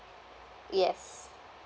yes